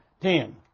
Ten